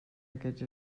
aquests